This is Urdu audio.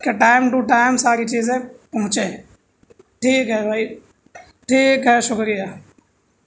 کہ ٹائم ٹو ٹائم ساری چیزیں پہنچیں ٹھیک ہے بھائی ٹھیک ہے شکریہ